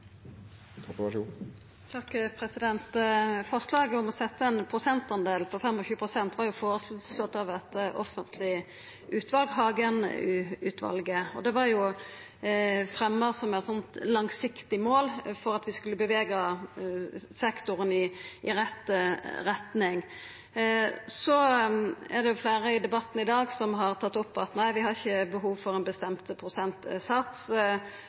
Forslaget om å setja ein prosentdel på 25 pst. var føreslått av eit offentleg utval, Hagen-utvalet, og det var fremja som eit meir langsiktig mål for at vi skulle bevega sektoren i rett retning. Så er det fleire i debatten i dag som har tatt opp at vi ikkje har behov for ein bestemd prosentsats